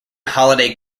holiday